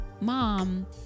mom